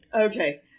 Okay